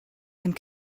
and